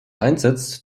einsetzt